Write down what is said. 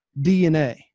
DNA